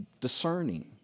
discerning